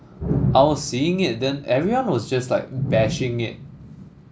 I was seeing it then everyone was just like bashing it